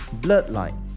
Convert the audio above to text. Bloodline